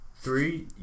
Three